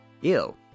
ew